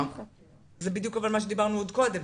אבל זה בדיוק מה שדיברנו קודם,